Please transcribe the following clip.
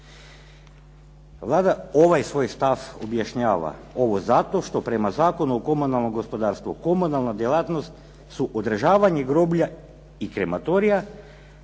Vlada ovaj svoj stav objašnjava: "Ovo zato što prema Zakonu o komunalnom gospodarstvu komunalna djelatnost su podržavanje groblja i krematorija,